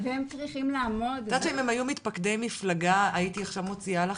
את יודעת שאם הם היו מתפקדי מפלגה הייתי עכשיו מוציאה לך,